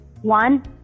one